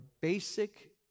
basic